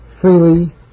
freely